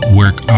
work